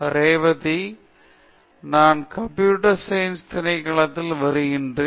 Revathi hi நான் ரேவதி நான் computer science திணைக்களத்திலிருந்து வருகிறேன்